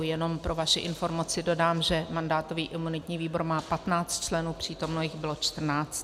Jenom pro vaši informaci dodám, že mandátový a imunitní výbor má patnáct členů, přítomno jich bylo čtrnáct.